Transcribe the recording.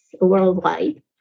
worldwide